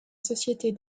société